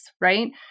right